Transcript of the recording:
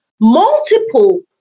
multiple